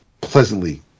pleasantly